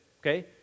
Okay